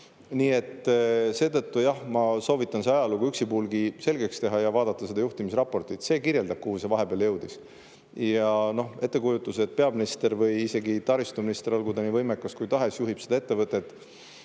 Nii et seetõttu, jah, ma soovitan see ajalugu üksipulgi selgeks teha ja vaadata juhtimisraportit. See kirjeldab, kuhu see vahepeal jõudis. Ja ettekujutus, et peaminister või isegi taristuminister, olgu ta nii võimekas kui tahes, juhib seda ettevõtet